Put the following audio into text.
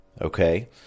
okay